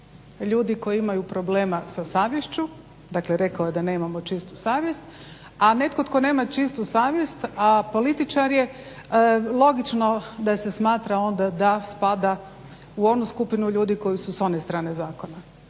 ljudi koji imaju problema sa savješću, dakle rekao je da nemamo čistu savjest, a netko nema čistu savjest političar je, logično da se smatra da onda u onu skupinu ljudi koji su s one strane zakona.